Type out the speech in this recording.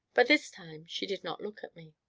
but this time she did not look at me.